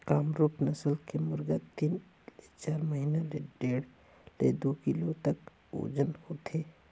कामरूप नसल के मुरगा तीन ले चार महिना में डेढ़ ले दू किलो तक ओजन होथे